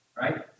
right